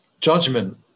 judgment